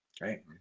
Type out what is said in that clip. Right